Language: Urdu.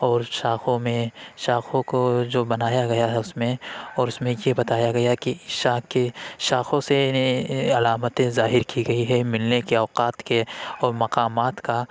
اور شاخوں میں شاخوں کو جو بنایا گیا ہے اس میں اور اس میں یہ بتایا گیا ہے کہ شاخیں شاخوں سے علامتیں ظاہر کی گئی ہے ملنے کے اوقات کے اور مقامات کا